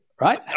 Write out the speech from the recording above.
right